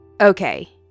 Okay